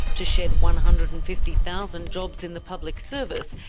to shed one hundred and fifty thousand jobs in the public service,